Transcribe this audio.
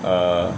err